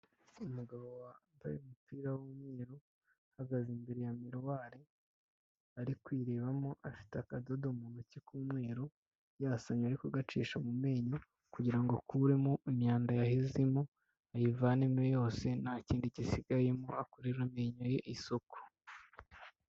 Umugabo wambaye umupira w'umweru, uhagaze imbere ya mirrior ari kwirebamo, afite akadodo mu ntoki k'umweru, yasamye arimo kugacisha mu menyo kugira ngo akuremo imyanda yahezemo, ayivanemo yose nta kindi gisigayemo akorera amenyo ye isuku.